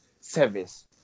service